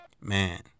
Man